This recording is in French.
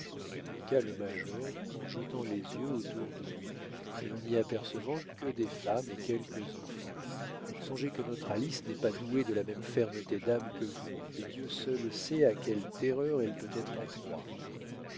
répliqua le major en jetant les yeux autour de lui et en n'y apercevant que des femmes et quelques enfants songez que notre alice n'est pas douée de la même fermeté d'âme que vous et dieu seul sait à quelles terreurs elle peut être en proie